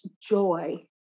joy